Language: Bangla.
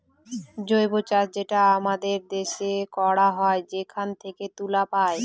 জৈব চাষ যেটা আমাদের দেশে করা হয় সেখান থেকে তুলা পায়